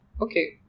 okay